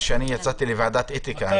אני יצאתי לוועדת אתיקה.